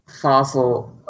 Fossil